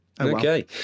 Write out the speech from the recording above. Okay